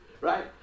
Right